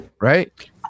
right